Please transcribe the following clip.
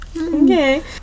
Okay